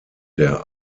der